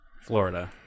Florida